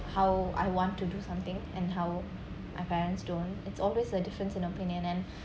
how I want to do something and how my parents don't it's always a difference in opinion and